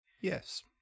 Yes